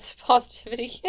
positivity